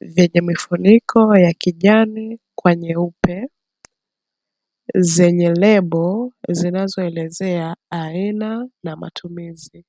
vyenye mifuniko ya kijani kwa nyeupe, zenye lebo inayoelezea aina na matumizi.